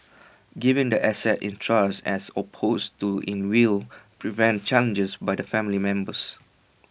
giving the assets in trust as opposed to in will prevents challenges by the family members